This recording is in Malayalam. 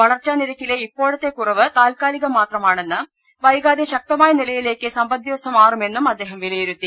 വളർച്ചാനിരക്കിലെ ഇപ്പോ ഴത്തെ കുറവ് താത്ക്കാലികം മാത്രമാണെന്ന് വൈകാതെ ശക്തമായ നിലയിലേക്ക് സമ്പദ്വ്യവസ്ഥ മാറുമെന്ന് അദ്ദേഹം വിലയിരുത്തി